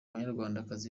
banyarwandakazi